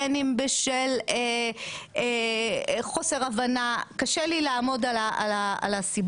בין אם בשל חוסר הבנה קשה לי לעמוד על הסיבות,